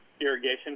irrigation